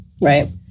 Right